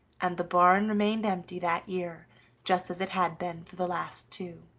and the barn remained empty that year just as it had been for the last two.